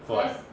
what